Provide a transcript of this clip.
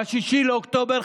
ב-6 באוקטובר,